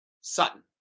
Sutton